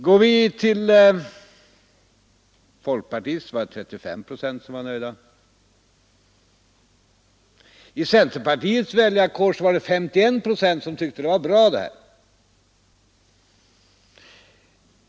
Av de folkpartistiska väljarna var 35 procent nöjda. I centerpartiets väljarkår var det 51 procent som tyckte att uppgörelsen var bra.